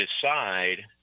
decide